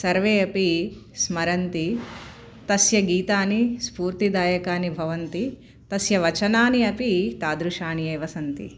सर्वे अपि स्मरन्ति तस्य गीतानि स्फूर्तिदायकानि भवन्ति तस्य वचनानि अपि तादृशानि एव सन्ति